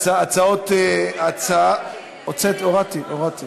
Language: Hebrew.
ואת הצעת חוק לתיקון פקודת העיריות